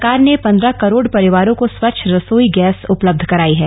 सरकार ने पंद्रह करोड परिवारों को स्वच्छ रसोई गैस उपलब्ध कराई है